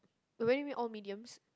what do you mean all mediums